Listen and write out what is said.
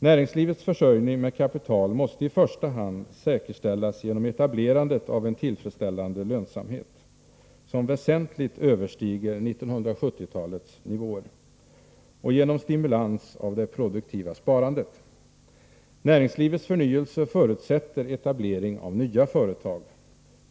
Näringslivets försörjning med kapital måste säkerställas genom i första hand etablerandet av en tillfredsställande lönsamhet som väsentligt överstiger 1970-talets nivåer och genom stimulans av det produktiva sparandet. Näringslivets förnyelse förutsätter etablering av nya företag.